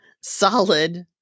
solid